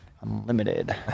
unlimited